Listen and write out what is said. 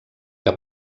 que